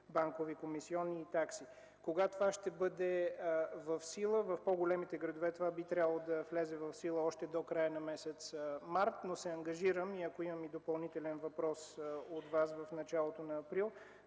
банкови комисионни и такси. Кога ще бъде в сила това? В по-големите градове би трябвало да влезе в сила още до края на месец март. Ангажирам се, ако имам и допълнителен въпрос от Вас в началото на април,